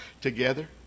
together